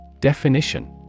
Definition